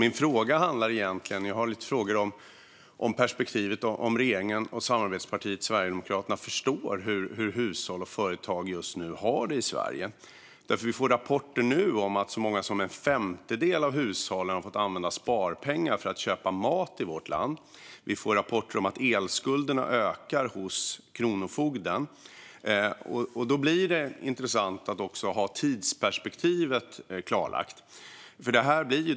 Jag har lite frågor om perspektivet och om regeringen och samarbetspartiet Sverigedemokraterna förstår hur hushåll och företag just nu har det i Sverige. Vi får nu rapporter om att så många som en femtedel av hushållen i vårt land har fått använda sparpengar för att köpa mat, och vi får rapporter om att elskulderna ökar hos Kronofogden. Då blir det intressant att också ha tidsperspektivet klarlagt.